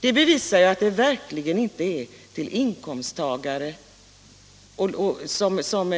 Det visar att det verkligen inte är låginkomsttagare som